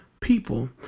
people